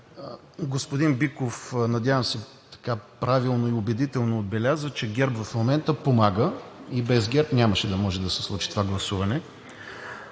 Господин Биков, надявам се, правилно и убедително отбеляза, че ГЕРБ в момента помага и без ГЕРБ нямаше да може да се случи това гласуване.